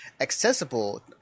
accessible